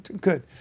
Good